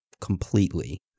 completely